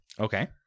Okay